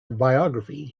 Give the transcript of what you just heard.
biography